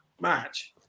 match